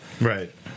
right